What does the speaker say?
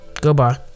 Goodbye